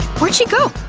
where'd she go?